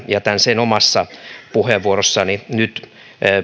jätän sen omassa puheenvuorossani nyt